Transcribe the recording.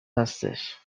هستش